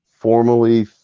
Formally